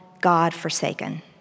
God-forsaken